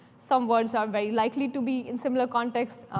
some words are very likely to be in similar contexts.